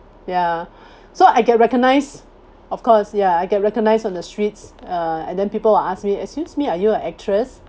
ya so I get recognised of course ya I get recognised on the streets uh and then people will ask me excuse me are you a actress